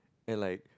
and like